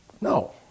No